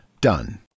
done